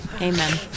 Amen